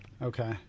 Okay